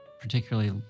particularly